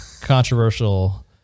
controversial